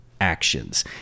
actions